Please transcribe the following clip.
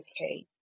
okay